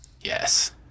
yes